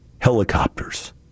helicopters